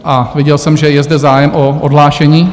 A viděl jsem, že je zde zájem o odhlášení?